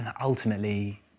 ultimately